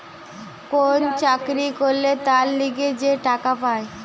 কোন চাকরি করলে তার লিগে যে টাকা পায়